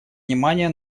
внимание